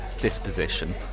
disposition